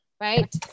right